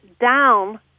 down